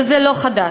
וזה לא חדש,